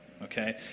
Okay